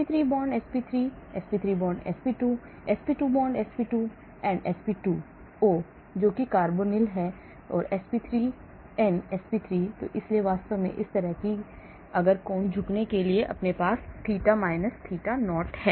sp3 sp3 sp3 sp2 sp2 sp2 sp2 O जो कि carbonyl है sp3 N sp3 और इसलिए वास्तव में और इसी तरह अगर कोण झुकने के लिए आपके पास थीटा थीटा 0 है